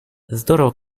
здорово